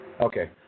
Okay